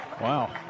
Wow